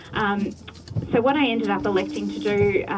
um so what i ended up electing to do,